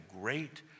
great